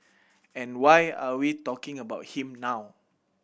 and why are we talking about him now